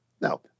Now